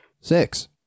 six